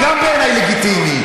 גם זה בעיני לגיטימי,